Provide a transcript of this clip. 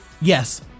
Yes